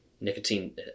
Nicotine